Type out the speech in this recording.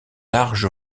large